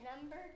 number